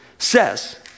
says